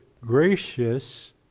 gracious